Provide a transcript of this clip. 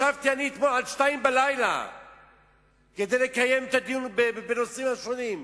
ישבתי אתמול עד 02:00 כדי לקיים את הדיון בנושאים שונים.